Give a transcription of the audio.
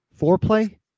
Foreplay